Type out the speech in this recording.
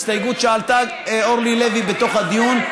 הסתייגות שהעלתה אורלי לוי בתוך הדיון.